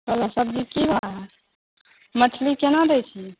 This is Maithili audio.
कहलहुँ सबजी की भाव मछली केना दै छियै